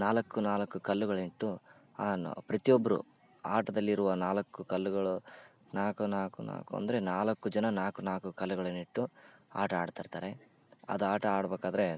ನಾಲ್ಕು ನಾಲ್ಕು ಕಲ್ಲುಗಳಿಟ್ಟು ಆನು ಪ್ರತಿಯೊಬ್ಬರು ಆಟದಲ್ಲಿರುವ ನಾಲ್ಕು ಕಲ್ಲುಗಳು ನಾಲ್ಕು ನಾಲ್ಕು ನಾಲ್ಕು ಅಂದರೆ ನಾಲ್ಕು ಜನ ನಾಲ್ಕು ನಾಲ್ಕು ಕಲ್ಲುಗಳನ್ನಿಟ್ಟು ಆಟ ಆಡ್ತಿರ್ತಾರೆ ಅದು ಆಟ ಆಡ್ಬೇಕಾದ್ರೆ